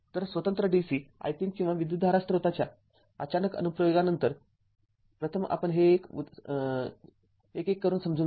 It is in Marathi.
तर स्वतंत्र DC i३ किंवा विद्युतधारा स्त्रोताच्या अचानक अनुप्रयोगानंतर प्रथम आपण हे एक एक करून समजून घेऊ